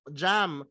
jam